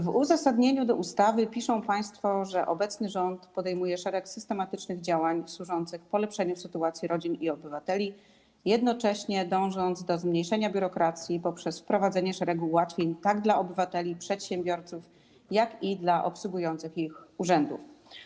W uzasadnieniu ustawy piszą państwo, że obecny rząd podejmuje szereg systematycznych działań służących polepszeniu sytuacji rodzin i obywateli, jednocześnie dążąc do zmniejszenia biurokracji poprzez wprowadzenie szeregu ułatwień tak dla obywateli, przedsiębiorców, jak i dla obsługujących ich urzędów.